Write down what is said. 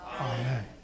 Amen